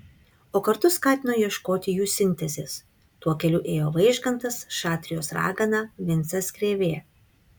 o kartu skatino ieškoti jų sintezės tuo keliu ėjo vaižgantas šatrijos ragana vincas krėvė